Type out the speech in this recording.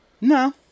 No